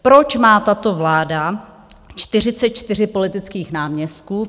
Proč má tato vláda 44 politických náměstků?